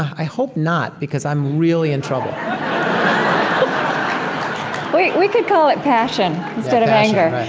i hope not because i'm really in trouble um we we could call it passion instead of anger.